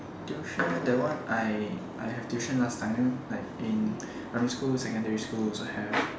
tuition that one I I have tuition last time like in primary school secondary school also have